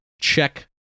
check